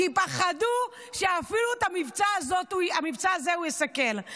כי פחדו שאפילו את המבצע הזה הוא יסכל.